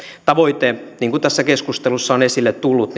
tavoite niin kuin tässä keskustelussa on esille tullut